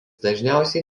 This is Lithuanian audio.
dažniausiai